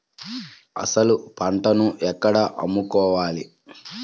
అసలు పంటను ఎక్కడ అమ్ముకోవాలి?